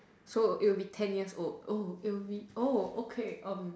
so it would be ten years old oh it will be oh okay um